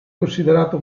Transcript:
considerata